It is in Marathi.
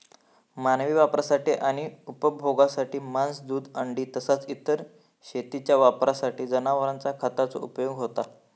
मानवी वापरासाठी आणि उपभोगासाठी मांस, दूध, अंडी तसाच इतर शेतीच्या वापरासाठी जनावरांचा खताचो उपयोग होता